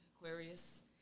Aquarius